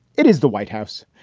it is the white house.